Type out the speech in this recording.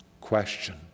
question